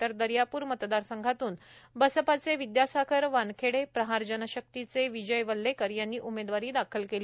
तर दर्यापूर मतदारसंघातून बसपाचे विद्यासागर वानखेडे प्रहार जनशक्तीचे विजय वल्लेकर यांनी उमेदवारी दाखल केली